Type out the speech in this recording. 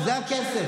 זה הכול.